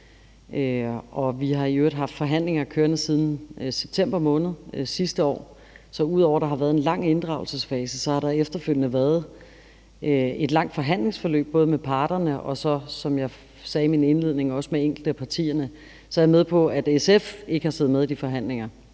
vi har i øvrigt haft forhandlinger kørende siden september måned sidste år. Så ud over at der har været en lang inddragelsesfase, har der efterfølgende været et langt forhandlingsforløb både med parterne og, som jeg sagde i min indledning, med enkelte af partierne. Så er jeg med på, at SF ikke har siddet med i de forhandlinger,